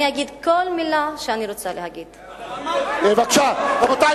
לתפארת הדמוקרטיה, אתם לא